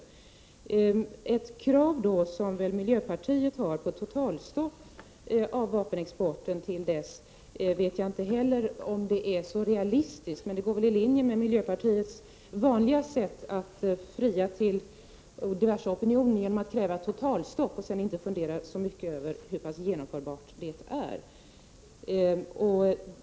Jag vet inte heller om det krav som miljöpartiet har på ett totalstopp av vapenexporten fram till dess att utredningen är klar är så realistiskt. Men det ligger väl i linje med miljöpartiets vanliga sätt att fria till diverse opinioner genom att kräva totalstopp och sedan inte fundera särskilt mycket över hur pass genomförbart det är.